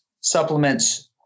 supplements